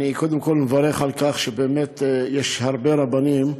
אני קודם כול מברך על כך שיש הרבה רבנים.